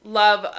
love